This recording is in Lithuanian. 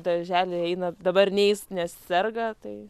į darželį eina dabar neis nes serga tai